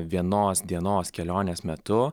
vienos dienos kelionės metu